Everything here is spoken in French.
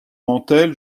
mantel